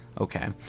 Okay